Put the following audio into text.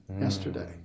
Yesterday